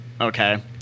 okay